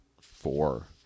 four